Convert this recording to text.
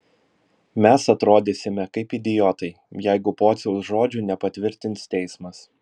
mes atrodysime kaip idiotai jeigu pociaus žodžių nepatvirtins teismas